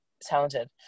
talented